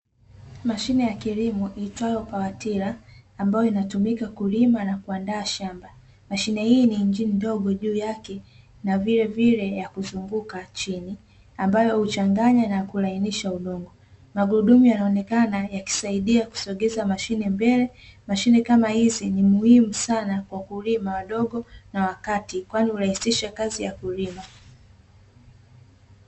Mashine ya kilimo iitwayo pawatila, ambayo inatumika kulima na kuandaa shamba, mashine hii ina injini ndogo juu yake na vil vile ya kuzunguka chini, ambayo huchanganya na kulainisha udongo, magurudumu yanaonekana yakisaidia kusogeza mashine mbele , mashine kama hizi ni muhimu sana kwa wakulima wadogo na wa kati, kwani hurahisisha kazi ya kulima.